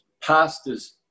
pastors